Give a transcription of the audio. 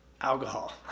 alcohol